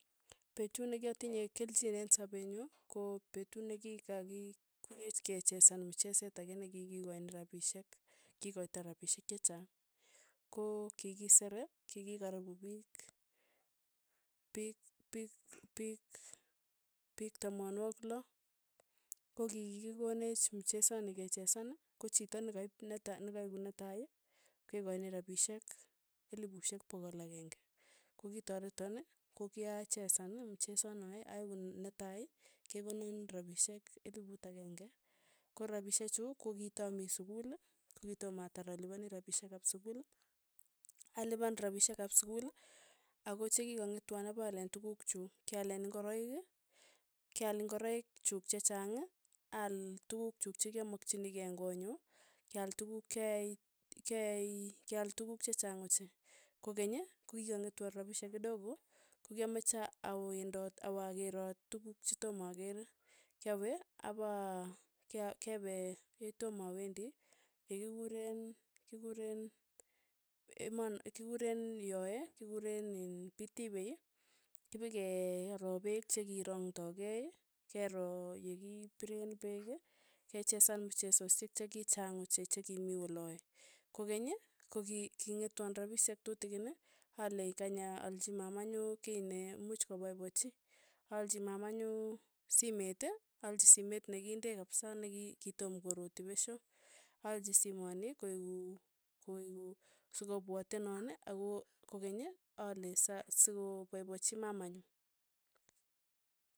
Petuu ne kiatinye kelnyii eng' sapeenyu ko petut ne kikakikurech kechesan mcheset ake nekikioin rapishek, kikoitoi rapishek chechang. ko kikisere, kikikaripu piik piik piik piik piik tamanagwik lo. ko kikikonech mchesoni kechesan. kochito nekaip netai nekaip netai, kekachini rapishek elipushek pokol akeng'e. kokitoreton kokiachesen mcheson noe aeku netai kekonana rapishek eliput akenge, ko rapishek chu, ko kitamii sukul, kokitom atar alipani rapishek ap sukul, alipan rapsihek ap sukul, ako chekikang'etwon apaale tukuk chuk, kyaalen ingoroik, kyaak ngoroik chuk chechang, aal tukuk chuk chekyamakchini kei eng konyu, kyaal tukuk kiyai kiyai kyaal tukuk che chang ochei, kokeny, kokikang'etwa rapishek kidogo, kokiameche awendot awa akerot tukuk chetoma akere, kyawe apa kepe yetoma awendi, yekikuren kikuren emono kikureen yoe kikureen iin pitipei, kipekero peek chekirongdokei, kero yekipiren peek. kechesan mchesoshek chekichang ochei chekimii olae, kokeny ko ki king'etwan rapishek tutikin ale kany aalchi mamanyu kiy nee imuch kopaipachi. aalchi mamanyu simeet, aalchi simee nekinde kapsa neki kitom koroti pesho, aalchi soimoni koeku koeku sokopwatenon ako kokeny ale sa sokopaipachi mamanyu.